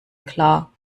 klar